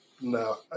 no